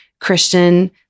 Christian